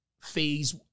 phase